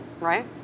right